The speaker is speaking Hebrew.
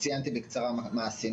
הייתה ממש תחינה והפצרה של הצוות הרפואי,